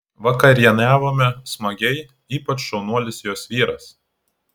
vakarieniavome smagiai ypač šaunuolis jos vyras